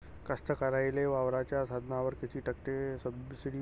कास्तकाराइले वावराच्या साधनावर कीती टक्के सब्सिडी भेटते?